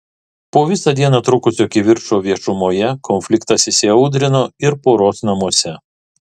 po visą dieną trukusio kivirčo viešumoje konfliktas įsiaudrino ir poros namuose